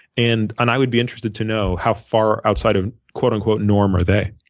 and and i would be interested to know how far outside of quote-unquote normal are they.